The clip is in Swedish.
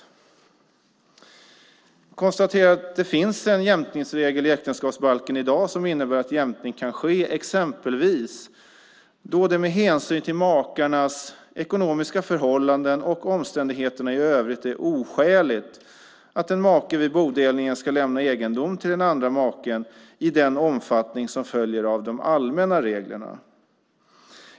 Jag konstaterar att det i dag finns en jämkningsregel i äktenskapsbalken som innebär att jämkning kan ske exempelvis då det med hänsyn till makarnas ekonomiska förhållanden och omständigheterna i övrigt är oskäligt att en make vid bodelning ska lämna egendom till den andra maken i den omfattning som följer av de allmänna reglerna.